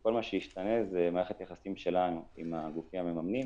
וכל מה שישתנה זה מערכת היחסים שלנו עם הגופים המממנים,